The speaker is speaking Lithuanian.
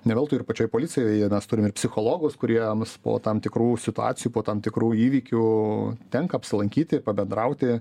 ne veltui ir pačioj policijoje mes turim ir psichologus kurie mus po tam tikrų situacijų po tam tikrų įvykių tenka apsilankyti pabendrauti